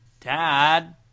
Dad